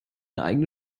eigene